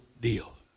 deal